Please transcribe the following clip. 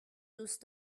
دوست